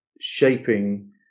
shaping